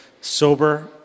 Sober